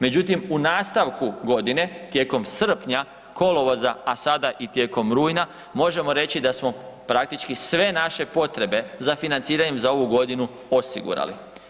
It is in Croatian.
Međutim, u nastavku godine, tijekom srpnja, kolovoza, a sada i tijekom rujna možemo reći da smo praktički sve naše potrebe za financiranjem za ovu godinu osigurali.